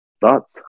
Thoughts